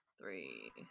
three